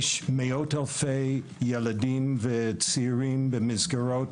יש מאות-אלפי ילדים וצעירים במסגרות